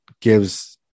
gives